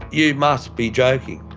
you must be joking.